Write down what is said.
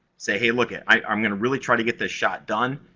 say, hey, look, i'm gonna really try to get this shot done,